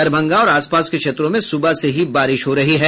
दरभंगा और आसपास के क्षेत्राकें में सुबह से ही बारिश हो रही है